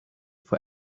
for